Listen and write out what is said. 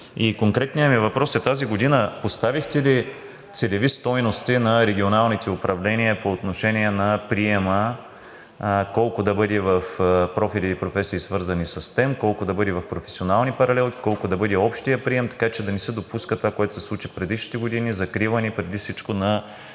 Конкретният ми въпрос е: тази година поставихте ли целеви стойности на регионалните управления по отношение на приема –колко да бъде в профили и професии, свързани със STEM, колко да бъде в професионални паралелки, колко да бъде общият прием, така че да не се допуска това, което се случи предишните години – закриване преди всичко на